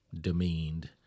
demeaned